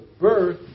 birth